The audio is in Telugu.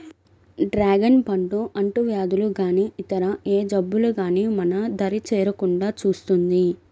డ్రాగన్ పండు అంటువ్యాధులు గానీ ఇతర ఏ జబ్బులు గానీ మన దరి చేరకుండా చూస్తుంది